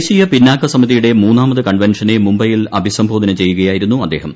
ദേശീയ പിന്നാക്ക സമിതിയുടെ മൂന്നാമത് കൺവെൻഷനെ മുംബൈയിൽ അഭിസംബോധന ചെയ്യുകയായിരുന്നു അദ്ദേഹം